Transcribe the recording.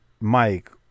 Mike